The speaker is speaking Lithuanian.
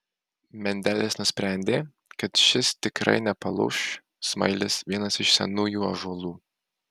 mendelis nusprendė kad šis tikrai nepalūš smailis vienas iš senųjų ąžuolų